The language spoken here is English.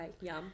Yum